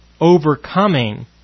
overcoming